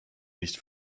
nicht